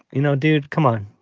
you know, dude, come on.